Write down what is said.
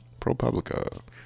ProPublica